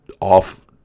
off